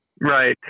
right